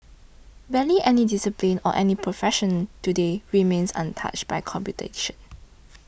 barely any discipline or any profession today remains untouched by computation